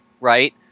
right